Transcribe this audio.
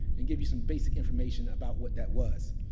and give you some basic information about what that was.